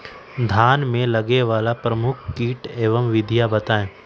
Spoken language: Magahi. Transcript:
धान में लगने वाले प्रमुख कीट एवं विधियां बताएं?